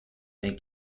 make